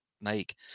make